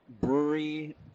Brewery